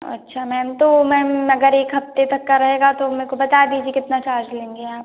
अच्छा मैम तो मैम अगर एक हफ़्ते तक का रहेगा तो मे को बता दीजिए कितना चार्ज लेंगी आप